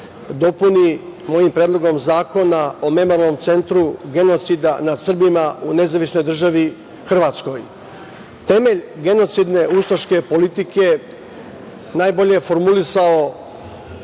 dopuni mojim predlogom zakona o Memorijalnom centru „Genocida nad Srbima“ u nezavisnoj državi Hrvatskoj. Temelj genocidne ustaške politike najbolje je formulisao